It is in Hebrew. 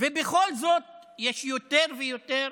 ובכל זאת יש יותר ויותר